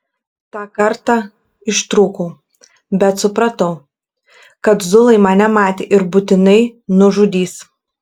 tą kartą ištrūkau bet supratau kad zulai mane matė ir būtinai nužudys